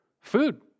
food